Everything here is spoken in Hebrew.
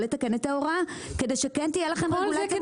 לתקן את ההוראה כדי שכן תהיה לכם רגולציה מופחתת.